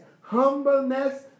humbleness